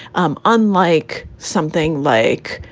um unlike something. like,